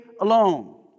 alone